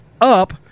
up